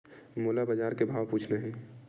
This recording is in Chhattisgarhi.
मोला बजार के भाव पूछना हे?